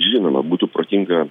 žinoma būtų protinga